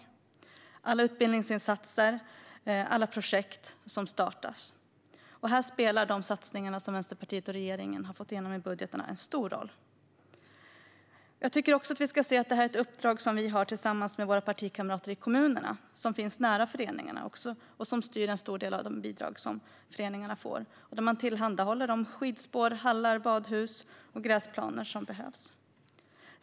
Det gäller alla utbildningsinsatser och olika projekt som startas. Här spelar de satsningar som Vänsterpartiet och regeringen har fått igenom i budgetarna en stor roll. Det här är ett uppdrag som vi har tillsammans med våra partikamrater i kommunerna. De finns nära föreningarna och styr en stor del av de bidrag som föreningarna får. De tillhandahåller de skidspår, hallar, badhus och gräsplaner som behövs.